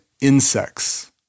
insects